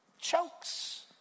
chokes